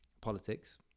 politics